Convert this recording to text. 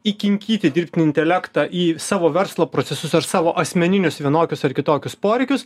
įkinkyti dirbtinį intelektą į savo verslo procesus ar savo asmeninius vienokius ar kitokius poreikius